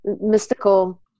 mystical